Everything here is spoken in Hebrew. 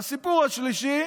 והסיפור השלישי